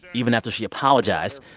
even after she apologized.